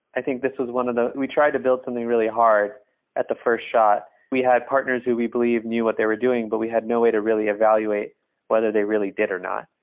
i think this was one of the we tried to build something really hard at the first shot. we had partners who we believe knew what they were doing, but we had no way to really evaluate whether they really did or not.